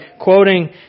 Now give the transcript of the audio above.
quoting